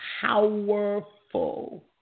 powerful